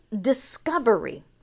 discovery